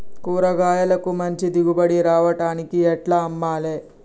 కూరగాయలకు మంచి దిగుబడి రావడానికి ఎట్ల అమ్మాలే?